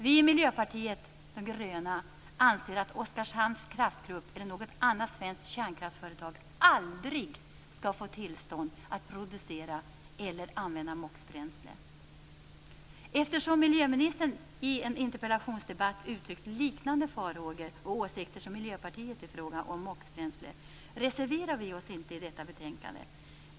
Vi i Miljöpartiet de gröna anser att Oskarshamns kraftgrupp eller något annat svenskt kärnkraftsföretag aldrig skall få tillstånd att producera eller använda Eftersom miljöministern i en interpellationsdebatt uttryckt liknande farhågor och åsikter som Miljöpartiet i fråga om MOX-bränsle reserverar vi oss inte i detta betänkande.